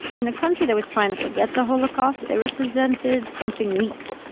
in a country that was trying to forget the holocaust, they represented something weak,